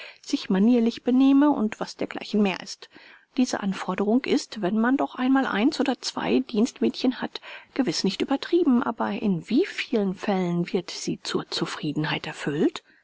sich manierlich benehme und was dergleichen mehr ist diese anforderung ist wenn man doch einmal eins oder zwei dienstmädchen hat gewiß nicht übertrieben aber in wie vielen fällen wird sie zur zufriedenheit erfüllt